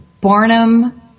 Barnum